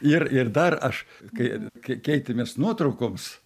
ir ir dar aš kai kai keitėmės nuotraukoms